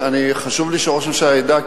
חשוב לי שראש הממשלה ידע,